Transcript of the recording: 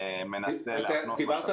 מנסה להפנות משאבים --- דיברת,